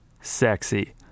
sexy